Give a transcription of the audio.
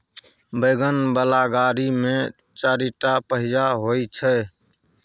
wagon बला गाड़ी मे चारिटा पहिया होइ छै